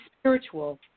spiritual